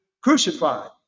crucified